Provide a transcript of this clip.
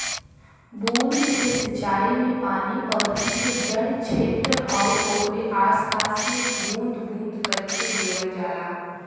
बूंद से सिंचाई में पानी पौधन के जड़ छेत्र आउर ओकरे आस पास में बूंद बूंद करके देवल जाला